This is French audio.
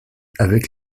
avec